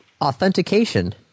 Authentication